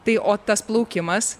tai o tas plaukimas